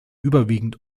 überwiegend